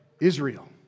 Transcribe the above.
Israel